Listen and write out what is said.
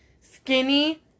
skinny